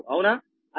294 మీటర్లు అవునా